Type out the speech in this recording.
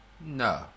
no